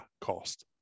cost